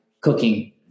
cooking